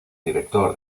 director